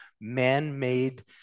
man-made